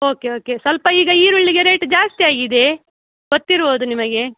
okay okay ಸ್ವಲ್ಪ ಈಗ ಈರುಳ್ಳಿಗೆ ರೇಟ್ ಜಾಸ್ತಿ ಆಗಿದೆ ಗೊತ್ತಿರಬೋದು ನಿಮಗೆ